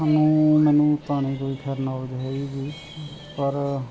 ਸਾਨੂੰ ਮੈਨੂੰ ਤਾਂ ਨੀ ਕੋਈ ਨੋਲੇਜ ਹੈਗੀ ਗੀ ਪਰ